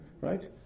Right